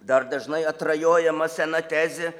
dar dažnai atrajojama sena tezė